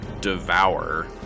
devour